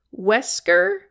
Wesker